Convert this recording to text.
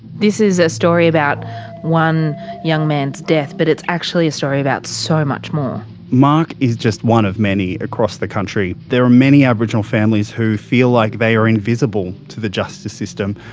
this is a story about one young man's death. but it's actually a story about so much more. mark is just one of many across the country. there are many aboriginal families who feel like they are invisible to the justice system,